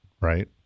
right